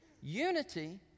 Unity